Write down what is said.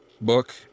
book